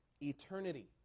eternity